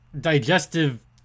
digestive